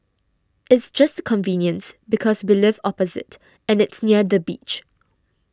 it's just the convenience because we live opposite and it's near the beach